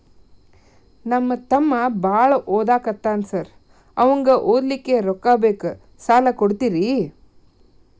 ನಮ್ಮ ತಮ್ಮ ಬಾಳ ಓದಾಕತ್ತನ ಸಾರ್ ಅವಂಗ ಓದ್ಲಿಕ್ಕೆ ರೊಕ್ಕ ಬೇಕು ಸಾಲ ಕೊಡ್ತೇರಿ?